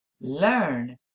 learn